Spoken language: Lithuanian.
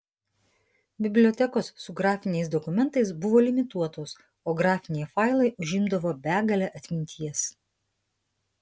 bibliotekos su grafiniais dokumentais buvo limituotos o grafiniai failai užimdavo begalę atminties